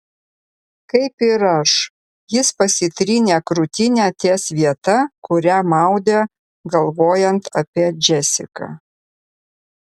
kaip ir aš jis pasitrynė krūtinę ties vieta kurią maudė galvojant apie džesiką